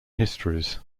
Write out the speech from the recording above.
histories